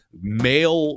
male